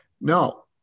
no